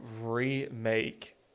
remake